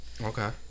Okay